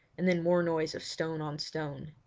and then more noise of stone on stone.